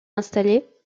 installée